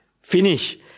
finish